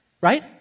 right